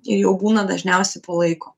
ir jau būna dažniausiai po laiko